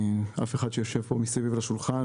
אף אחד ממי שיושב פה מסביב לשולחן.